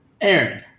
Aaron